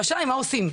והשאלה היא מה עושים.